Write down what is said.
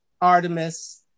Artemis